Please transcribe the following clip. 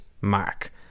mark